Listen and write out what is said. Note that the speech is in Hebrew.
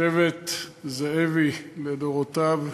שבט זאבי לדורותיו,